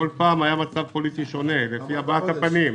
בכל פעם היה מצב פוליטי שונה, לפי הבעת הפנים: